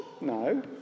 No